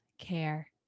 care